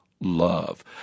love